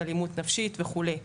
נפשית וכדומה.